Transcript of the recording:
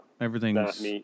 Everything's